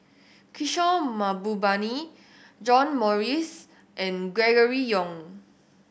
Kishore Mahbubani John Morrice and Gregory Yong